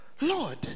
Lord